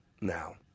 now